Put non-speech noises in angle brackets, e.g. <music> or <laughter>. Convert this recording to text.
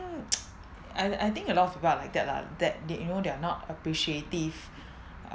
mm <noise> I I think a lot of people are like that lah they you know they're not appreciative